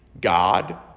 God